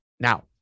Now